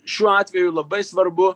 šiuo atveju labai svarbu